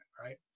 Right